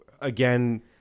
again